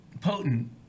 potent